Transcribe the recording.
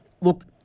Look